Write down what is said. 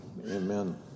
amen